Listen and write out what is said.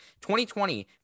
2020